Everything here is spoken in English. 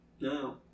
No